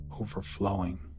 overflowing